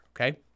Okay